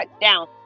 down